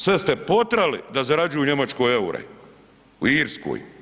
Sve ste potjerali da zarađuju u Njemačkoj eure, u Irskoj.